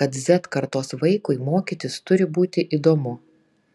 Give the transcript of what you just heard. kad z kartos vaikui mokytis turi būti įdomu